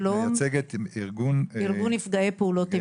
שלום, אני מייצגת את ארגון נפגעי פעולות איבה.